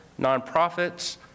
nonprofits